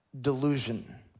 Delusion